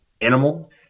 Animal